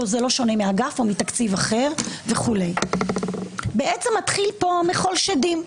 וזה לא שונה מאגף או מתקציב אחר וכו' מתחיל פה מחול שדים.